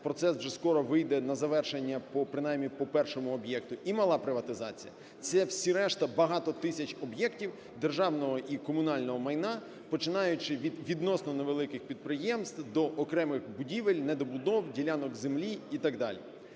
процес вже скоро вийде на завершення принаймні по першому об'єкту, і мала приватизація. Це всі решта багато тисяч об'єктів державного і комунального майна, починаючи від відносно невеликих підприємств до окремих будівель, недобудов, ділянок землі і так далі.